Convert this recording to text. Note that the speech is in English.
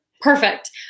Perfect